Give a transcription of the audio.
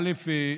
א.